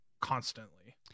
constantly